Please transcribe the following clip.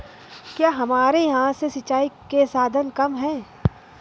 क्या हमारे यहाँ से सिंचाई के साधन कम है?